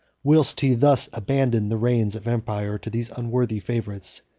whilst he thus abandoned the reins of empire to these unworthy favorites,